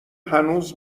هنوز